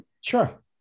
Sure